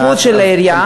בסמכות של העירייה,